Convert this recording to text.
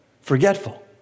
forgetful